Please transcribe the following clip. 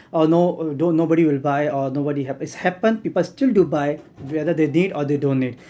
oh no don't nobody will buy or nobody have it's happened people still do buy whether they did or they don't need